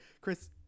Chris